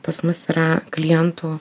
pas mus yra klientų